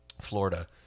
Florida